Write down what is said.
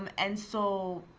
um and so,